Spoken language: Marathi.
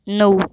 नऊ